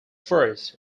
first